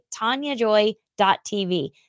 tanyajoy.tv